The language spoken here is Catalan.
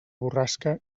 borrasca